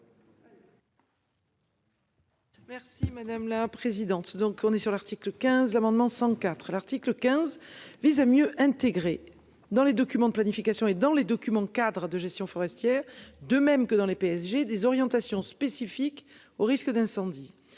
Merci madame la présidente. Donc on est sur l'article 15 l'amendement CIV. L'article 15 vise à mieux intégrer dans les documents de planifications et dans les documents Cadre de gestion forestière, de même que dans les PSG des orientations spécifiques aux risques d'incendie.